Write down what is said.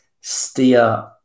steer